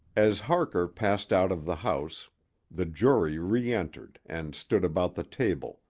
as harker passed out of the house the jury reentered and stood about the table,